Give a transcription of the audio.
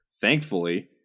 thankfully